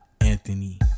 Anthony